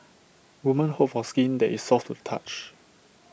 women hope for skin that is soft to the touch